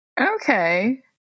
Okay